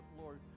Lord